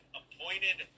appointed